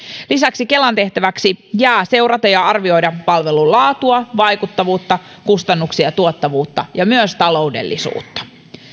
lisäksi kelan tehtäväksi jää seurata ja arvioida palvelun laatua vaikuttavuutta kustannuksia tuottavuutta ja myös taloudellisuutta